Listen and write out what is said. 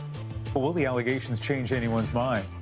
will will the allegations change anyone's mind?